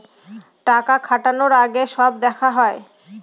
টাকা খাটানোর আগে সব দেখা হয়